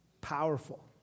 powerful